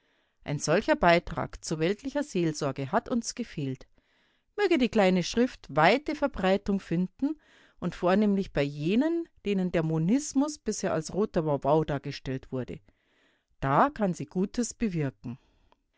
ein solcher beitrag zu weltlicher seelsorge hat uns gefehlt möge die kleine schrift weite verbreitung finden und vornehmlich bei jenen denen der monismus bisher als roter wauwau dargestellt wurde da kann sie gutes wirken